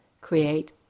create